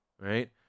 right